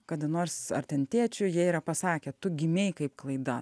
kada nors ar ten tėčiui jie yra pasakę tu gimei kaip klaida